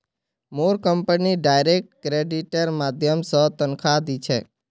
मोर company direct क्रेडिटेर माध्यम स तनख़ा दी छेक